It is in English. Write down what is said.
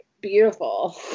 beautiful